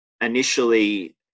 initially